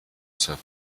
zur